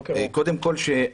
קודם כול,